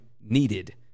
needed